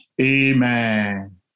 Amen